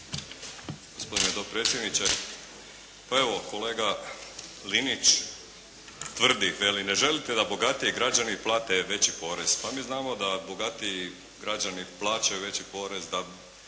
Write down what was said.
Gospodine dopredsjedniče, pa evo kolega Linić tvrdi, veli ne želite da bogatiji građani plate veći porez. Pa mi znamo da bogatiji građani plaćaju veći porez, da